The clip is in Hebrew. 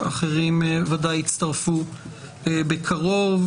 אחרים בוודאי יצטרפו בקרוב,